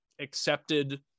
accepted